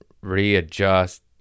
readjust